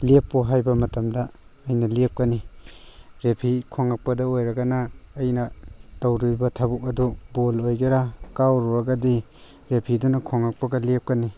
ꯂꯦꯞꯄꯣ ꯍꯥꯏꯕ ꯃꯇꯝꯗ ꯑꯩꯅ ꯂꯦꯞꯀꯅꯤ ꯔꯦꯐꯤ ꯈꯣꯡꯉꯛꯄꯗ ꯑꯣꯏꯔꯒꯅ ꯑꯩꯅ ꯇꯧꯗꯣꯔꯤꯕ ꯊꯕꯛ ꯑꯗꯣ ꯕꯣꯜ ꯑꯣꯏꯒꯦꯔꯥ ꯀꯥꯎꯔꯨꯔꯒꯗꯤ ꯔꯦꯐꯤꯗꯨꯅ ꯈꯣꯡꯉꯛꯄꯒ ꯂꯦꯞꯀꯅꯤ